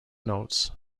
notes